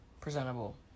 presentable